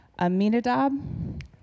Aminadab